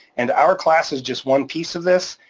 and our class is just one piece of this.